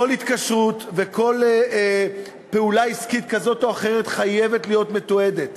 כל התקשרות וכל פעולה עסקית כזאת או אחרת חייבת להיות מתועדת.